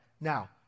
Now